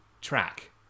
track